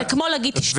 זה כמו להגיד תשתוק.